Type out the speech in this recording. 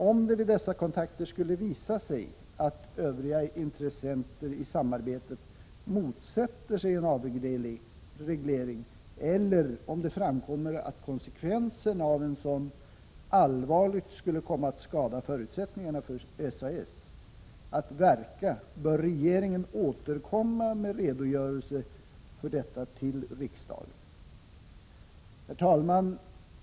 Om det vid dessa kontakter skulle visa sig att övriga intressenter i samarbetet motsätter sig en avreglering eller om det framkommer att konsekvenserna av en sådan allvarligt skulle komma att skada förutsättningarna för SAS att verka, bör regeringen återkomma med redogörelse för detta till riksdagen. Herr talman!